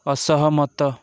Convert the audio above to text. ଅସହମତ